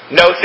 no